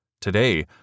Today